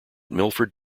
milford